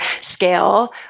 scale